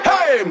Hey